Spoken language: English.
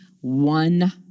one